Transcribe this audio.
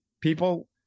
people